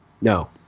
No